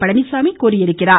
பழனிச்சாமி தெரிவித்துள்ளார்